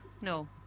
No